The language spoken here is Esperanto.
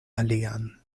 alian